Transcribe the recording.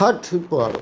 Chhath Parv